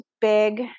big